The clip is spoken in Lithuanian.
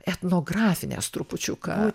etnografinės trupučiuką